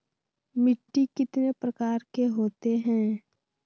मिट्टी कितने प्रकार के होते हैं?